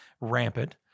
rampant